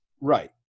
Right